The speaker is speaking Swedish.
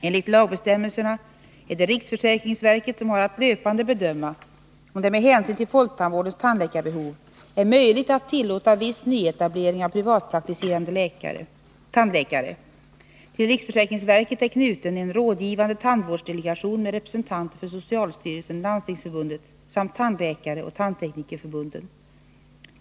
Enligt lagbestämmelserna är det riksförsäkringsverket som har att löpande bedöma om det med hänsyn till folktandvårdens tandläkarbehov är möjligt att tillåta viss nyetablering av privatpraktiserande tandläkare. Till riksförsäkringsverket är knuten en rådgivande tandvårdsdelegation med representanter för socialstyrelsen, Landstingsförbundet samt tandläkaroch tandteknikerförbunden.